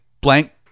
blank